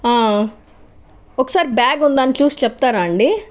ఒకసారి బ్యాగ్ ఉందా అని చూసి చెప్తారా అండి